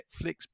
Netflix